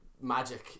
magic